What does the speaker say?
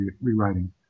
rewriting